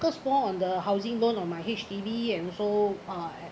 focus more on the housing loan on my H_D_B and also uh